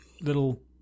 little